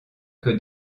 que